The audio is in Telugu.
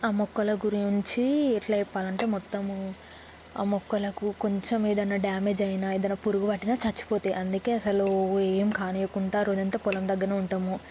ఆ మొక్కల గురించి ఎలా చెప్పాలంటే మొత్తము ఆ మొక్కలకు కొంచెం ఏదైనా డామేజ్ అయినా ఏదైనా పురుగు పట్టినా చనిపోతాయి అందుకే అసలు ఏం కానీయకుండా రోజంతా పొలం దగ్గరనే ఉంటాము